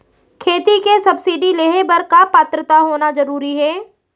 खेती के सब्सिडी लेहे बर का पात्रता होना जरूरी हे?